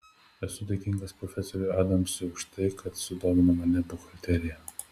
esu dėkingas profesoriui adamsui už tai kad sudomino mane buhalterija